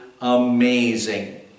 amazing